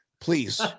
Please